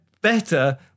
better